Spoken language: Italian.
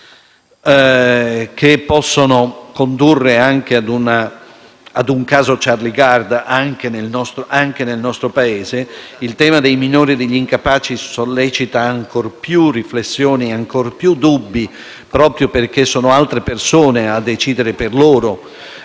che possono condurre a un caso Charlie Gard anche nel nostro Paese. Il tema dei minori e degli incapaci sollecita ancor più riflessioni e dubbi, proprio perché sono altre persone a decidere per loro,